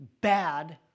bad